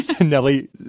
nelly